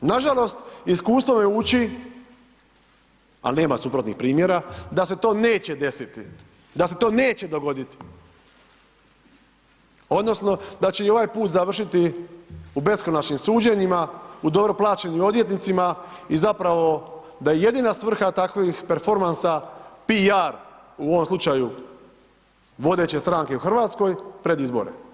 Nažalost, iskustvo me uči ali nema suprotnih primjera da se to neće desiti, da se to neće dogoditi odnosno da će i ovaj put završiti u beskonačnim suđenjima, u dobro plaćenim odvjetnicima i zapravo da je jedina svrha takvih performansa PR, u ovom slučaju vodeće stranke u Hrvatskoj, pred izbore.